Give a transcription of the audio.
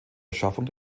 erschaffung